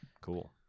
Cool